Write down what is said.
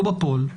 לא בפועל,